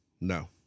No